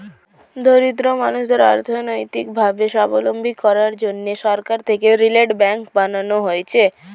দরিদ্র মানুষদের অর্থনৈতিক ভাবে সাবলম্বী করার জন্যে সরকার থেকে রিটেল ব্যাঙ্ক বানানো হয়েছে